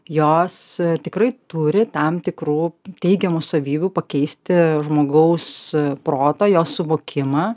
jos tikrai turi tam tikrų teigiamų savybių pakeisti žmogaus protą jo suvokimą